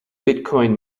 bitcoin